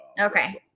Okay